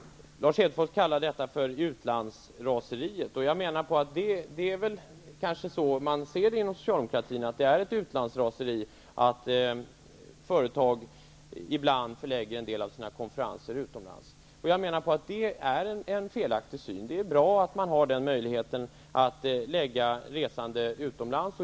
Lars Hedfors talade om ''utlandsraseriet''. Det kanske är så man ser det inom socialdemokratin. Det är ''utlandsraseri'' att företag ibland förlägger en del av sina konferenser utomlands. Jag menar att detta är en felaktig syn. Det är bra att man har möjligheten att resa utomlands.